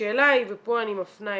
השאלה היא, ופה אני מפנה אליך,